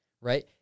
right